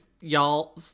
y'all